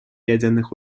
ядерных